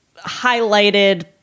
highlighted